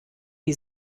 die